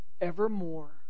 evermore